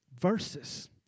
Versus